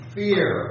fear